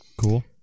cool